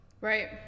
Right